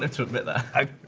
ah to admit that hey,